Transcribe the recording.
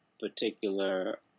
particular